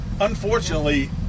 unfortunately